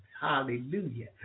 Hallelujah